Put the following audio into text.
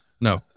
No